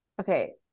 okay